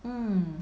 mm